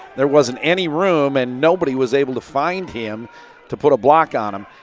there wasn't any room and nobody was able to find him to put a block on him.